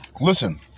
listen